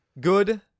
Good